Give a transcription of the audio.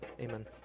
Amen